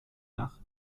dach